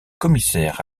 commissaire